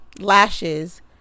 lashes